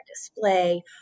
display